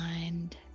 mind